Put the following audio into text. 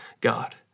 God